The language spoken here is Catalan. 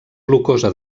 glucosa